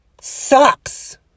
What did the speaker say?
sucks